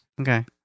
Okay